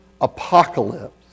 apocalypse